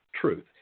truth